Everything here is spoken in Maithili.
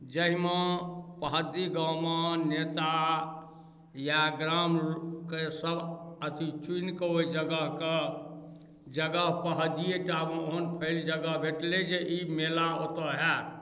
जाहिमे पोहदी गाममे नेता या ग्रामके सभ अथी चुनि कऽ ओहि जगहके जगह पोहदीए टामे ओहन फैल जगह भेटलै जे ई मेला ओतय हैत